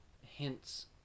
hints